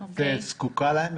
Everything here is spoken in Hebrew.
את זקוקה להם,